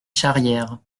charrière